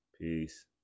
Peace